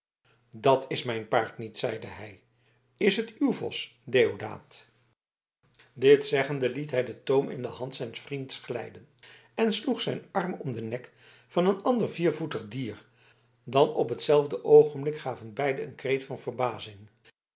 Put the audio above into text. dat is mijn paard niet zeide hij is het uw vos deodaat dit zeggende liet hij den toom in de hand zijns vriends glijden en sloeg zijn arm om den nek van een ander viervoetig dier dan op hetzelfde oogenblik gaven beiden een kreet van verbazing